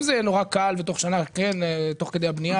זה בסדר במצב שבו תוך שנה או תוך כדי הבנייה